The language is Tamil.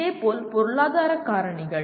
இதேபோல் பொருளாதார காரணிகள்